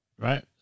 right